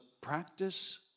practice